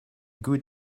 good